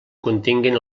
continguen